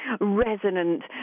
resonant